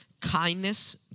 kindness